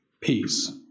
peace